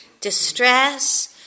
distress